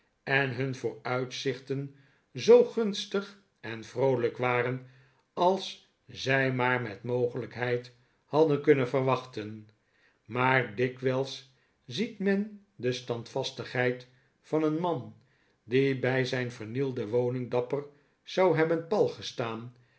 en hun vooruitzichten zoo gunstig en vroolijk waren als zij maar met mogelijkheid hadden kunnen verwachten maar dikwijls ziet men de standvastigheid van een man die bij zijn vernielde woning dapper zou hebben pal gestaan